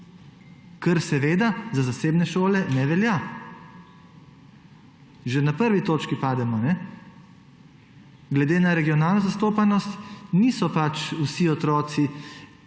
kar seveda za zasebne šole ne velja. Že na prvi točki pademo. Glede na regionalno zastopanost pač nimajo vsi otroci